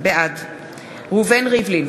בעד ראובן ריבלין,